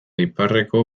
iparreko